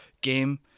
game